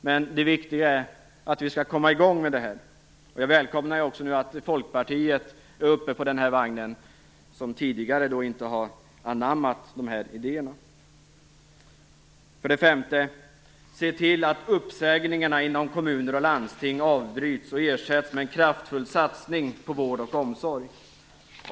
Men det viktiga är att vi skall komma i gång med det här. Jag välkomnar att också Folkpartiet, som tidigare inte har anammat de här idéerna, nu är uppe på vagnen. 5. Se till att uppsägningarna inom kommuner och landsting avbryts och ersätts med en kraftfull satsning på vård och omsorg.